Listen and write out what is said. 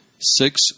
six